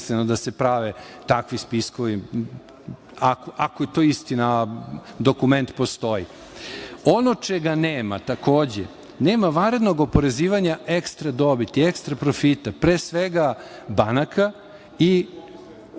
da se prave takvi spiskovi, ako je to istina, a dokument postoji. Ono čega nema takođe, nema vanrednog oporezivanja ekstra dobiti, ekstra profita, pre svega banaka i